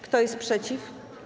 Kto jest przeciw?